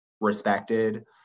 respected